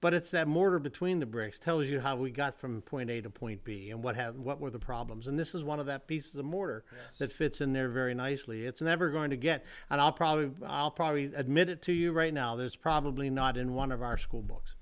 but it's that mortar between the bricks tells you how we got from point a to point b and what had what were the problems and this is one of the piece of the mortar that fits in there very nicely it's never going to get and i'll probably i'll probably be admitted to you right now there's probably not in one of our school books